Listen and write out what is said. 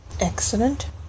Excellent